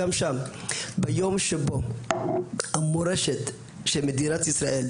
ביום שבו המורשת של מדינת ישראל,